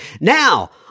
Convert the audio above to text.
Now